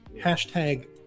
Hashtag